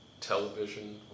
television